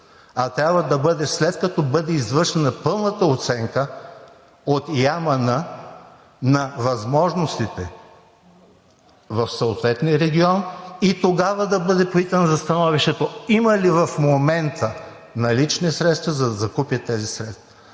а трябва да бъде след като бъде извършена пълната оценка от ИАМН на възможностите в съответния регион и тогава да бъде питан за становището: има ли в момента налични средства, за да се закупят тези средства?